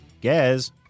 Gaz